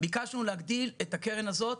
ביקשנו להגדיל את הקרן הזה,